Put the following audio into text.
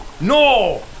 No